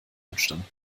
entstanden